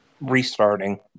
restarting